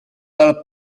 dal